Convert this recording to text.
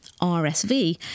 RSV